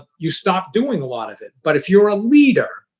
you stop doing a lot of it. but if you're a leader,